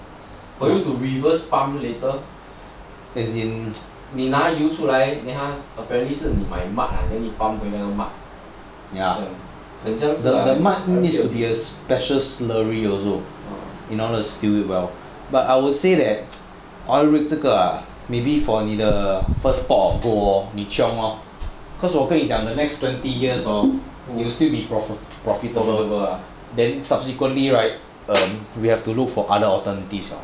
for you to reverse pump later as in 你拿那个油出来 then 你 pump 回那个 mud 好像是